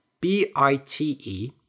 B-I-T-E